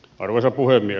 arvoisa puhemies